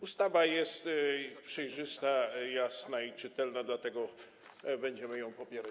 Ustawa jest przejrzysta, jasna i czytelna, dlatego będziemy ją popierać.